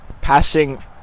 passing